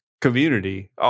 community